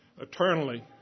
eternally